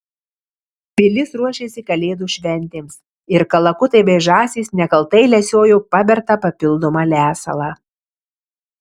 pilis ruošėsi kalėdų šventėms ir kalakutai bei žąsys nekaltai lesiojo pabertą papildomą lesalą